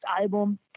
album